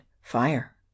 fire